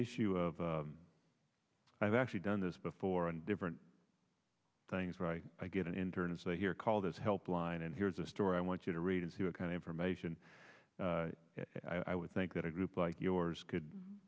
issue of i've actually done this before and different things right i get an intern and say here call this help line and here's a story i want you to read and see what kind of information i would think that a group like yours could